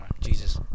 Jesus